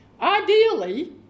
ideally